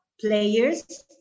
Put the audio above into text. players